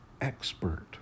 Expert